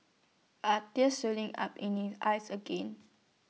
are tears welling up in eyes again